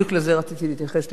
בדיוק רציתי להתייחס לדבריך.